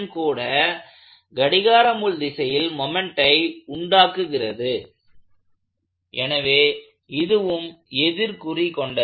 கூட கடிகார முள் திசையில் மொமெண்ட்டை உண்டாக்குகிறது எனவே இதுவும் எதிர்குறி கொண்டது